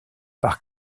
par